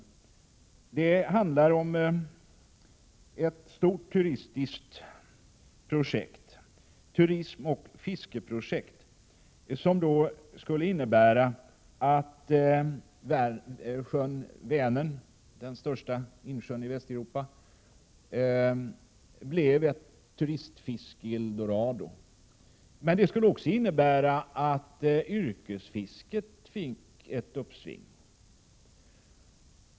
Det handlar om ett stort projekt inom området turism och fiske, som skulle innebära att sjön Vänern, den största insjön i Västeuropa, blir ett turistfiske-eldorado. Men det skulle också innebära att yrkesfisket fick ett uppsving.